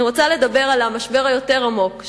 אני רוצה לדבר על המשבר היותר עמוק,